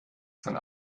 von